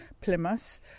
plymouth